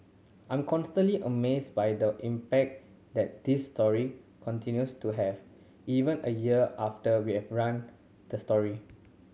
I'm constantly amazed by the impact that this story continues to have even a year after we have run the story